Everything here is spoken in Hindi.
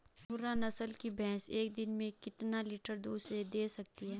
मुर्रा नस्ल की भैंस एक दिन में कितना लीटर दूध दें सकती है?